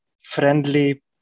friendly